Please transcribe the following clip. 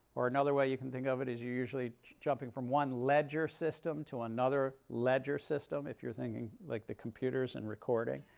or another way you can think of it as you're usually jumping from one ledger system to another ledger system, if you're thinking like the computers and recording.